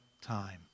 time